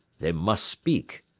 they must speak,